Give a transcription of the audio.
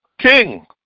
king